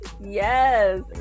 Yes